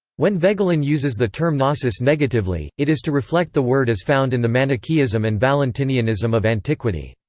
when voegelin uses the term gnosis negatively, it is to reflect the word as found in the manichaeism and valentinianism of antiquity.